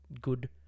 good